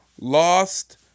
Lost